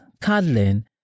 cuddling